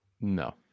No